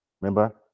Remember